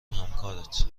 همکارت